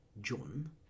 John